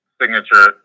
signature